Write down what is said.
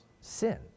sin